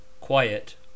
Quiet